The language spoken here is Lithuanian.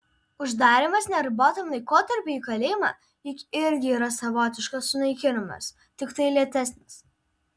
uždarymas neribotam laikotarpiui į kalėjimą juk irgi yra savotiškas sunaikinimas tiktai lėtesnis